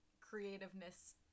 creativeness